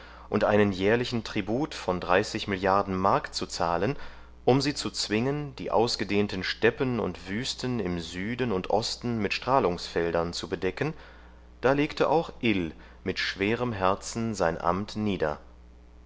und einen jährlichen tribut von dreißig milliarden mark zu zahlen um sie zu zwingen die ausgedehnten steppen und wüsten im süden und osten mit strahlungsfeldern zu bedecken da legte auch ill mit schwerem herzen sein amt nieder